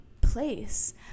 place